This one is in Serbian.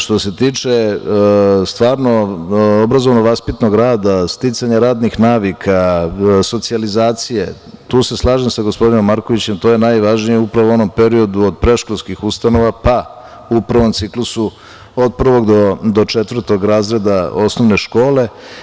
Što se tiče stvarno obrazovno vaspitnog rada, sticanja radnih navika, socijalizacije, tu se slažem sa gospodinom Markovićem, to je najvažnije upravo u onom periodu od predškolskih ustanova pa u prvom ciklusu od prvog do četvrtog razreda osnovne škole.